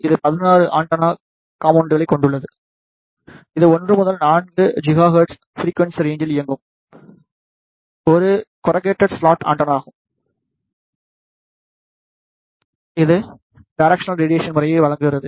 இது 16 ஆண்டெனா காம்போனெண்ட்களைக் கொண்டுள்ளது இது 1 முதல் 4 ஜிகாஹெர்ட்ஸ் ஃபிரிக்வன்சி ரேன்ச்சில் இயங்கும் ஒரு காருக்கேடெட் ஸ்லாட் ஆண்டெனா ஆகும் இது டைரக்ஸனல் ரேடியேஷன் முறையை வழங்குகிறது